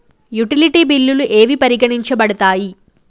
Utility బిల్లులు ఏవి పరిగణించబడతాయి?